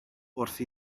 wrth